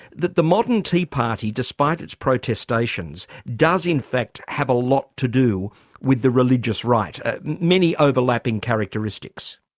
that the modern tea party, despite its protestations, does in fact have a lot to do with the religious right many overlapping characteristics.